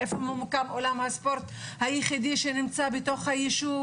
איפה ממוקדם אולם הספורט היחידי שנמצא בתוך היישוב.